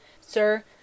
Sir